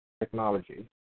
technology